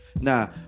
Now